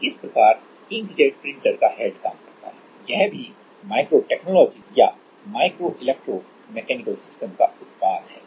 तो इस प्रकार इंक जेट प्रिंटर का हेड काम करता है यह भी माइक्रो टेक्नोलॉजी या माइक्रो इलेक्ट्रो मैकेनिकल सिस्टम का उत्पाद है